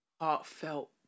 heartfelt